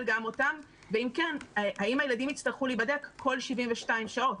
גם אותם ואם כן האם הילדים יצטרכו להיבדק כל 72 שעות.